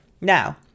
Now